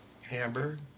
Hamburg